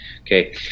okay